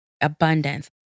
abundance